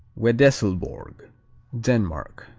wedesslborg denmark